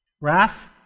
Wrath